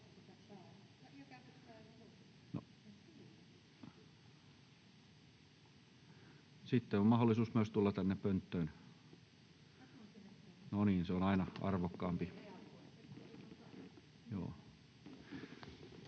Sitten on mahdollisuus myös tulla tänne pönttöön. Se on aina arvokkaampaa.